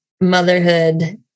motherhood